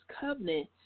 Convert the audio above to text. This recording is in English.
covenant